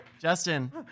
justin